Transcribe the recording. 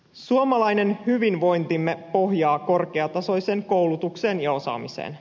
suomalainen hyvinvointimme pohjaa korkeatasoiseen koulutukseen ja osaamiseen